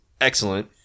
excellent